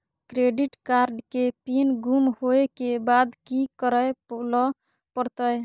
Credit card के PIN गुम होय के बाद की करै ल परतै?